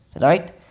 Right